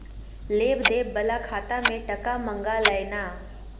लेब देब बला खाता मे टका मँगा लय ना